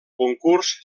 concurs